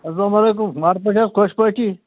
اسلام علیکُم وارٕ پٲٹھۍ حظ خۄش پٲٹھی